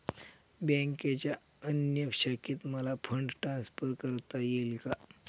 बँकेच्या अन्य शाखेत मला फंड ट्रान्सफर करता येईल का?